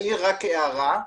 אעיר הערה,